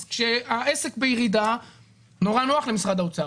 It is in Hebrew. אז כשהעסק בירידה נורא נוח למשרד האוצר,